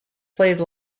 played